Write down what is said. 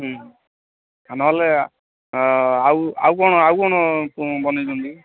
ନହେଲେ ଆଉ ଆଉ କ'ଣ ଆଉ କ'ଣ ବନେଇଛନ୍ତି କି